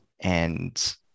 and-